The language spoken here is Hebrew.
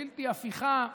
בלתי הפיכה.